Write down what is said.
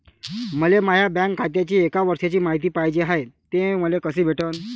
मले माया बँक खात्याची एक वर्षाची मायती पाहिजे हाय, ते मले कसी भेटनं?